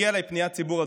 הגיעה אלי פניית ציבור,